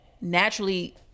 Naturally